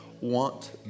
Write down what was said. want